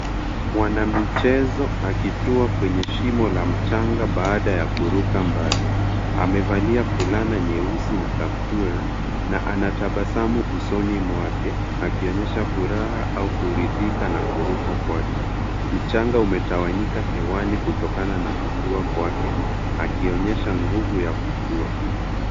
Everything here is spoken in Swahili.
Mwanamichezo akitua kwenye shimo la mchanga baada ya kuruka mbali. Amevalia fulana nyeusi na kaptula na anatabasamu usoni mwake akionyesha furaha au kuridhika na kuruka kwake. Mchanga umetawanyika hewani kutokana na kutua kwake, akionyesha nguvu ya kutua.